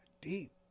deep